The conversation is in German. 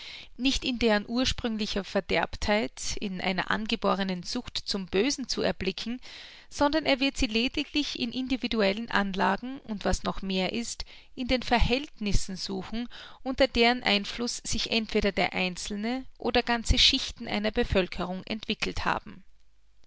nicht in deren ursprünglicher verderbtheit in einer angeborenen sucht zum bösen zu erblicken sondern er wird sie lediglich in individuellen anlagen und was noch mehr ist in den verhältnissen suchen unter deren einfluß sich entweder der einzelne oder ganze schichten einer bevölkerung entwickelt haben